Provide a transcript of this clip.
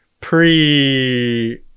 pre